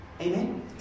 Amen